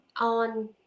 on